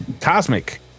cosmic